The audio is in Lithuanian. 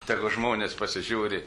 tegu žmonės pasižiūri